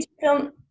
film